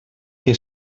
que